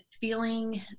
feeling